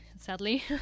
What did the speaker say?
sadly